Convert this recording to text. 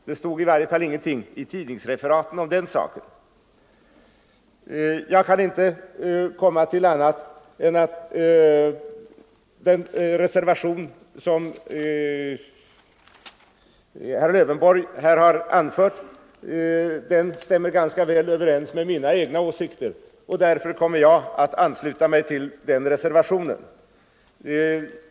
Det stod i varje fall inget i tidningsreferaten om det. Den reservation som herr Lövenborg har fogat vid betänkandet stämmer ganska väl överens med mina egna åsikter, och därför kommer jag att ansluta mig till den.